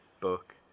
book